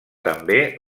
també